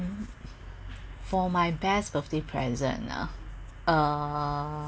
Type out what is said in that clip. for my best birthday present ah uh